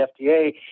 FDA